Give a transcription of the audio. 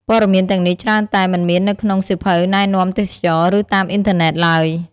ព័ត៌មានទាំងនេះច្រើនតែ មិនមាននៅក្នុងសៀវភៅណែនាំទេសចរណ៍ ឬតាមអុីនធឺណេតឡើយ។